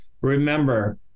remember